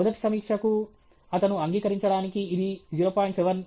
మొదటి సమీక్షకు అతను అంగీకరించడానికి ఇది 0